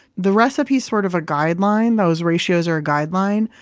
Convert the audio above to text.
the recipe's sort of a guideline. those ratios are a guideline.